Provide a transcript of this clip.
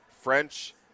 French